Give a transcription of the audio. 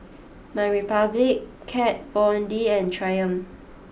MyRepublic Kat Von D and Triumph